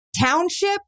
township